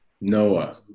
Noah